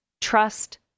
trust